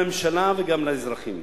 גם לממשלה וגם לאזרחים.